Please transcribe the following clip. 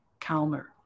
calmer